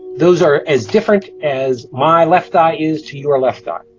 those are as different as my left eye is to your left ah eye.